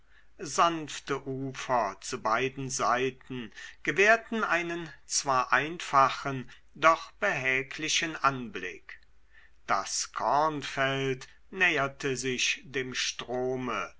sanfte ufer zu beiden seiten gewährten einen zwar einfachen doch behäglichen anblick das kornfeld näherte sich dem strome